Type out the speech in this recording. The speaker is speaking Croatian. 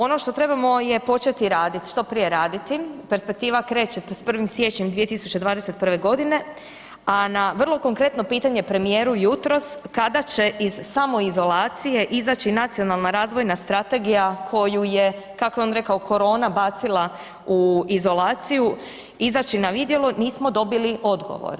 Ono što trebamo je početi raditi, što prije raditi, perspektiva kreće s 1. siječnjem 2021., a na vrlo konkretno pitanje premijeru jutros kada će iz samoizolacije izaći Nacionalna razvojna strategija koju je kako je on rekao korona bacila u izolaciju, izaći na vidjelo nismo dobili odgovor.